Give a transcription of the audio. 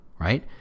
right